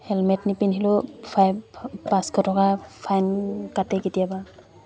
helmet নিপিন্ধিলেও five পাঁচশ টকা ফাইন কাটে কেতিয়াবা